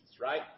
right